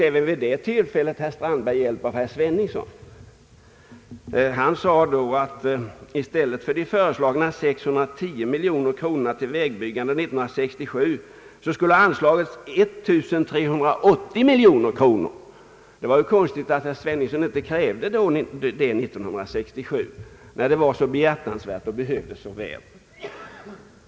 Även vid det tillfället fick herr Strandberg hjälp av herr Sveningsson. Han sade då att i stället för de föreslagna 610 miljonerna till vägbyggande 1967 skulle ha anslagits 1380 miljoner kronor. Det var konstigt att herr Sveningsson inte krävde det år 1967, när det var så behjärtansvärt och behövdes så väl.